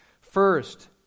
First